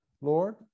Lord